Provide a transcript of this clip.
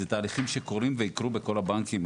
אלו תהליכים שיקרו וקורים כל הזמן בכל הבנקים,